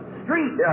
street